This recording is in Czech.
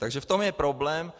Takže v tom je problém.